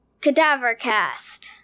CadaverCast